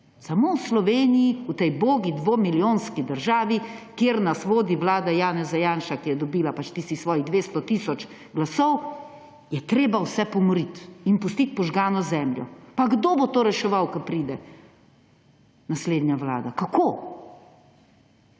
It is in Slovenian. Samo v Sloveniji, v tej ubogi dvomilijonski državi, kjer nas vodi vlada Janeza Janše, ki je dobila tistih svojih 200 tisoč glasov, je treba vse pomoriti in pustiti požgano zemljo. Pa kdo bo to reševal, ko pride? Naslednja vlada. Kako?